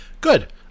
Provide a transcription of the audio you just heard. good